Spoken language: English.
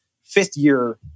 fifth-year